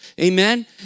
amen